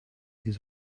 his